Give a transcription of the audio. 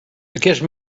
aquest